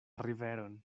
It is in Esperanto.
riveron